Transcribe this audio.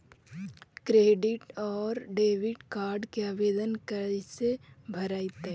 Credit और debit card के आवेदन कैसे भरैतैय?